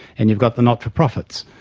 and you've got the not-for-profits.